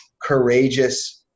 courageous